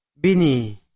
bini